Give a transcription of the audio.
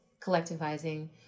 collectivizing